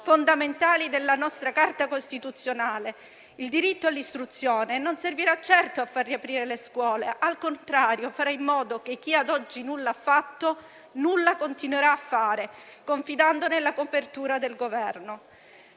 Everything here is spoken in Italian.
fondamentali della nostra Carta costituzionale, il diritto all'istruzione. Non servirà certo a far riaprire le scuole; al contrario, farà in modo che chi ad oggi nulla ha fatto, nulla continuerà a fare, confidando nella copertura del Governo.